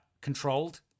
controlled